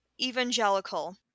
evangelical